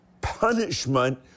punishment